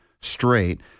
straight